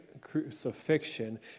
crucifixion